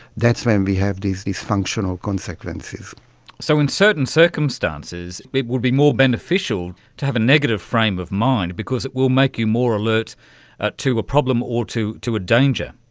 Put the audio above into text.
that's when we have these dysfunctional consequences so in certain circumstances it would be more beneficial to have a negative frame of mind because it will make you more alert ah to a problem or to to a danger.